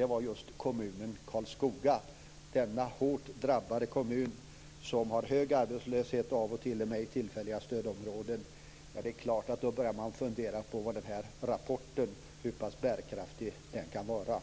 var kommunen Karlskoga. Det är en hårt drabbad kommun som har hög arbetslöshet och av och till är tillfälligt stödområde. Det är klart att man då börjar fundera på hur pass bärkraftig rapporten kan vara.